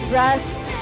rest